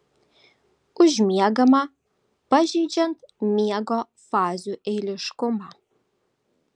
užmiegama pažeidžiant miego fazių eiliškumą